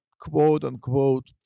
quote-unquote